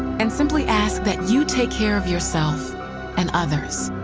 and simply ask that you take care of yourself and others.